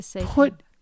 put